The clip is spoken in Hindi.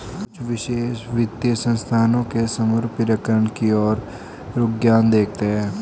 कुछ विशेषज्ञ वित्तीय संस्थानों के समरूपीकरण की ओर रुझान देखते हैं